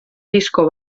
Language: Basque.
disko